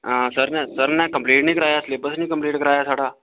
हां सर ने सर ने कम्प्लीट नि कराया सलेबस कम्पलीट नि कराया साढ़ा